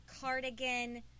cardigan